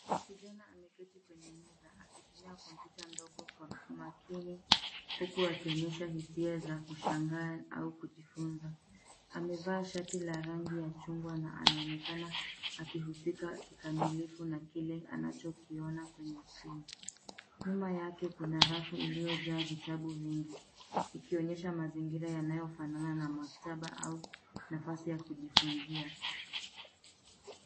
Kijana ameketi kwenye meza akitumia kompyuta ndogo kwa makini huku akionyesha hisia za kushangaa au kujifunza. Amevaa shati la rangi ya chungwa na anaonekana akihusika kikamilifu na kile anachokiona kwenye skrini. Nyuma yake kuna rafu iliyojaa vitabu vingi ikionyesha mazingira yanayofanana na maktaba au nafasi ya kujifunzia.